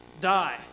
die